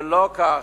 ולא כך.